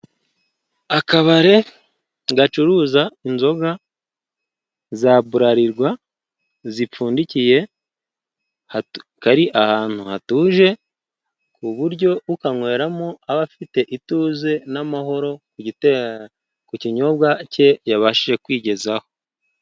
Akabare gacuruza inzoga za Buralirwa zipfundikiye, kari ahantu hatuje ku buryo ukanyweramo aba afite ituze n'amahoro ku kinyobwa cye yabashije kwigezaho.